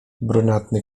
brunatny